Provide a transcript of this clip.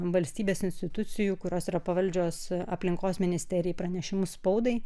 valstybės institucijų kurios yra pavaldžios aplinkos ministerijai pranešimus spaudai